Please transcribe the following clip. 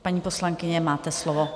Paní poslankyně, máte slovo.